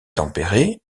tempéré